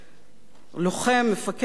מפקד מהולל בצה"ל,